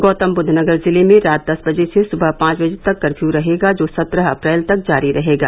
गौतमबुद्व नगर जिले में रात दस बजे से सुबह पांच तक कपर्यू रहेगा जो सत्रह अप्रैल तक जारी रहेगा